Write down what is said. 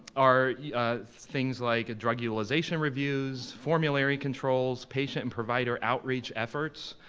are things like drug utilization reviews, formulary controls, patient and provider outreach efforts,